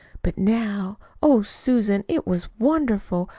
but now oh, susan, it was wonderful,